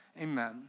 Amen